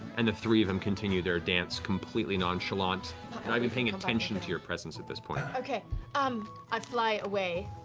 and the three of them continue their dance, completely nonchalant. not even paying attention to your presence at this point. laura um i fly away.